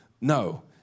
No